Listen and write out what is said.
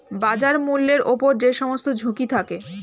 বাজার মূল্যের উপর যে সমস্ত ঝুঁকি থাকে